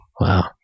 Wow